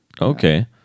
Okay